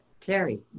Terry